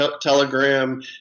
telegram